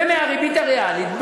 ומהריבית הריאלית,